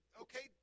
okay